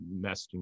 messaging